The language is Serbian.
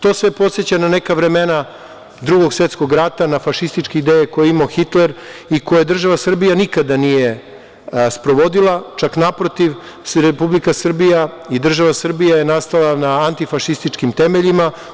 To sve podseća na neka vremena Drugog svetskog rata, na fašističke ideje koje je imao Hitler i koje država Srbija nikada nije sprovodila, čak naprotiv, Republika Srbija i država Srbija je nastala na antifašističkim temeljima.